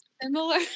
similar